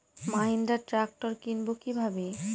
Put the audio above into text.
Mahindra tractor কিনবো কি ভাবে?